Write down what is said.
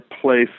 place